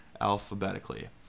alphabetically